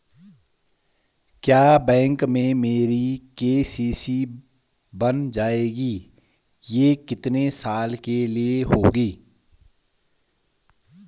क्या बैंक में मेरी के.सी.सी बन जाएगी ये कितने साल के लिए होगी?